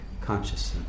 consciousness